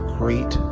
great